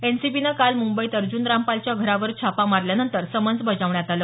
एनसीबीनं काल मुंबईत अर्जुन रामपालच्या घरावर छापा मारल्यानंतर समन्स बजावण्यात आलं